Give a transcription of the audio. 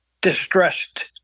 distressed